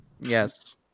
Yes